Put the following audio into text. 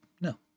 No